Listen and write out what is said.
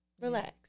Relax